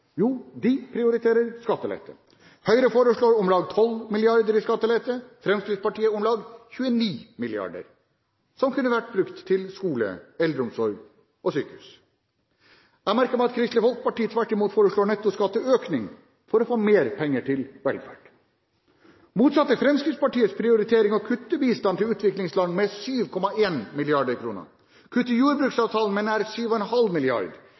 Jo, de prioriterer skattelette! Høyre foreslår om lag 12 mrd. kr i skattelette, Fremskrittspartiet om lag 29 mrd. kr, som kunne vært brukt til skole, eldreomsorg og sykehus. Jeg har merket meg at Kristelig Folkeparti tvert imot foreslår netto skatteøkning for å få mer penger til velferd. Motsatt er Fremskrittspartiets prioritering å kutte i bistand til utviklingsland med 7,1 mrd. kr. De vil kutte jordbruksavtalen med nær 7,5